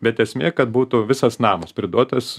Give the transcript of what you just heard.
bet esmė kad būtų visas namas priduotas